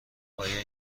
آیا